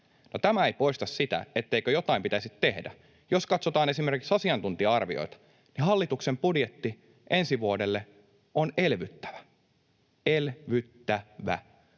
tämä ei poista sitä, etteikö jotain pitäisi tehdä. Jos katsotaan esimerkiksi asiantuntija-arvioita, niin hallituksen budjetti ensi vuodelle on elvyttävä — el-vyt-tä-vä.